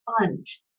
sponge